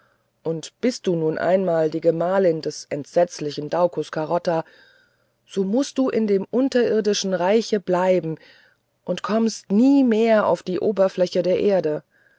und du bist nun einmal die gemahlin des entsetzlichen daucus carota so mußt du in dem unterirdischen reiche bleiben und kommst nie mehr auf die oberfläche der erde